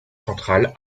centrale